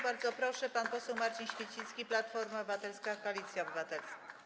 Bardzo proszę, pan poseł Marcin Święcicki, Platforma Obywatelska - Koalicja Obywatelska.